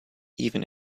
even